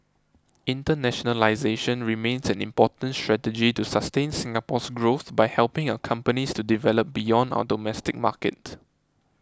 internationalisation remains an important strategy to sustain Singapore's growth by helping our companies to develop beyond our domestic market